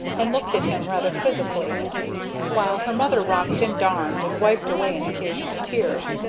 and looked at him rather quizzically while her mother rocked and darned and wiped away an occasional tear.